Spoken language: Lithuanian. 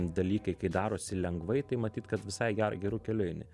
dalykai kai darosi lengvai tai matyt kad visai gerą geru keliu eini